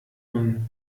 man